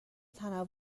تنوع